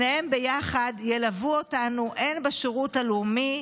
שניהם ביחד ילוו אותנו בשירות הלאומי,